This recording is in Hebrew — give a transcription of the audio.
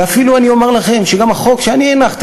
ואפילו אני אומר לכם שגם החוק שאני הנחתי